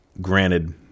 Granted